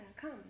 come